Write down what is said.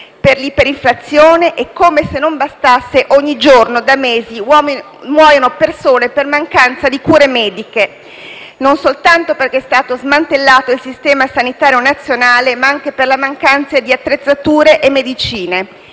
per l'iper-inflazione e, come se non bastasse, ogni giorno, da mesi, muoiono persone per mancanza di cure mediche: non soltanto perché è stato smantellato il sistema sanitario nazionale, ma anche per la mancanza di attrezzature e medicine.